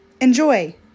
Enjoy